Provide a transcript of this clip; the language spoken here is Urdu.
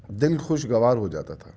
دل خوشگوار ہو جاتا تھا